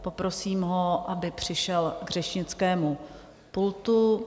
Poprosím ho, aby přišel k řečnickému pultu.